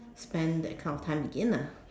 spend that kind of time again ah